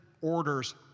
orders